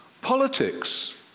politics